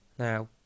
Now